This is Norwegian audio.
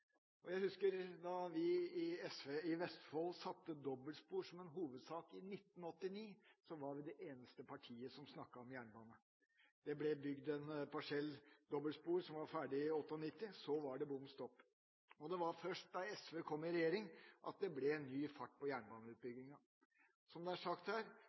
agendaen. Jeg husker at da vi i SV i Vestfold gjorde dobbeltspor til en hovedsak i 1989, var vi det eneste partiet som snakket om jernbane. Det ble bygd en parsell med dobbeltspor som var ferdig i 1998, så var det bom stopp. Det var først da SV kom i regjering at det ble ny fart på jernbaneutbyggingen. Som det er sagt her,